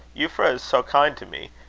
euphra is so kind to me!